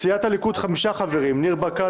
סיעת הליכוד חמישה חברים: ניר ברקת,